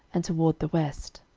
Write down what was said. and toward the west.